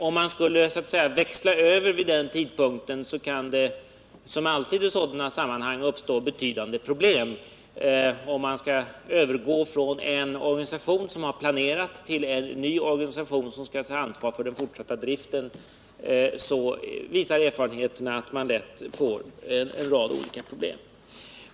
Om man så att säga skall växla över vid den tidpunkten, kan det som alltid i sådana sammanhang uppstå betydande problem. Erfarenheterna visar att man vid övergång från en organisation, som har planerat, till en ny organisation, som skall ta ansvar för den fortsatta driften, lätt möter en rad olika svårigheter.